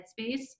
headspace